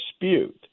dispute